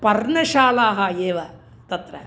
पर्णशालाः एव तत्र